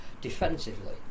defensively